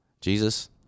Jesus